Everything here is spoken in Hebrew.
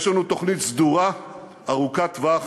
יש לנו תוכנית סדורה ארוכת טווח